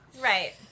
Right